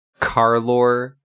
Carlor